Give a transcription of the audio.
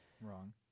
Wrong